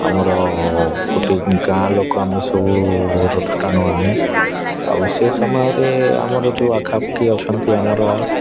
ଆମର ଗୋଟେ ଗାଁ ଲୋକ ଆମେ ସବୁ ରଥ ଟାଣୁ ଆମେ ଆଉ ସେ ସମୟରେ ଆମର ଯେଉଁ ଆଖାପାଖି ଅଛନ୍ତି ଆମର